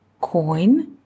coin